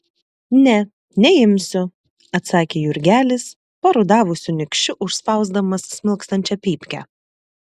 ne neimsiu atsakė jurgelis parudavusiu nykščiu užspausdamas smilkstančią pypkę